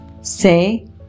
Say